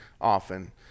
often